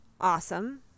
awesome